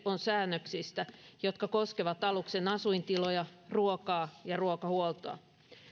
on säännöksistä jotka koskevat aluksen asuintiloja ruokaa ja ruokahuoltoa